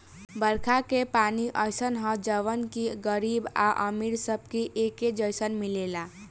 बरखा के पानी अइसन ह जवन की गरीब आ अमीर सबके एके जईसन मिलेला